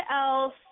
else